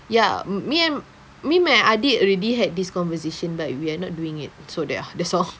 ya mm me an~ me and my adik already had this conversation but we're not doing it so ya that's all